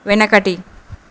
వెనకటి